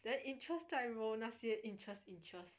then interest 再 roll 那些 interest interest